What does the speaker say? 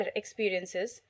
experiences